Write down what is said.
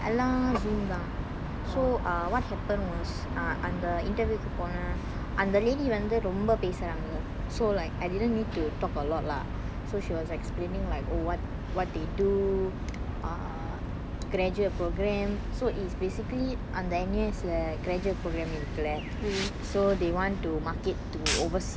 so err what happen was err அந்த:antha interview கு போனன் அந்த:ku ponan antha lady வந்து ரொம்ப பேசுறாங்க:vanthu romba pesuranga so like I didn't need to talk a lot lah so she was explaining like oh what what they do err graduate programme so it's basically அந்த:antha N_U_S lah graduate program இருக்குல:irukkula so they want to market to overseas kind of people lah